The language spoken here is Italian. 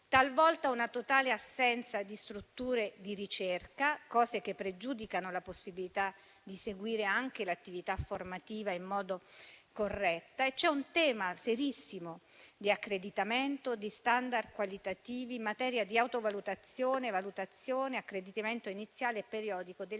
talvolta una totale assenza di strutture di ricerca, cose che pregiudicano la possibilità di seguire anche l'attività formativa in modo corretto e c'è un tema serissimo di accreditamento, di *standard* qualitativi, in materia di autovalutazione, di valutazione, di accreditamento iniziale e periodico, delle sedi